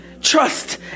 trust